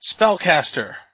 Spellcaster